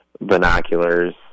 binoculars